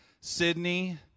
Sydney